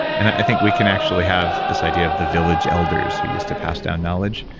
and i think we can actually have this idea of the village elders who used to pass down knowledge,